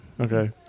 Okay